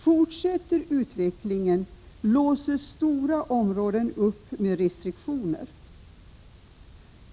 Fortsätter detta låses stora områden upp med restriktioner.